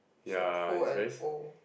if you're poor and old